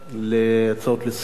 להצעות לסדר-היום,